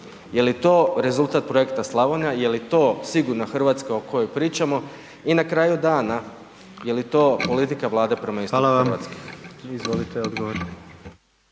Jeli to rezultat projekta „Slavonija“, jeli to sigurna Hrvatska o kojoj pričamo? I na kraju dana, jeli to politika Vlade prema istoku Hrvatske? **Jandroković, Gordan